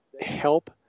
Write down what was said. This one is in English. help